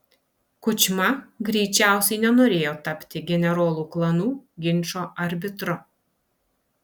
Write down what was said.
kučma greičiausiai nenorėjo tapti generolų klanų ginčo arbitru